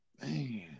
Man